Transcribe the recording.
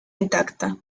intacta